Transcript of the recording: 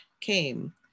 came